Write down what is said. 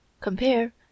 Compare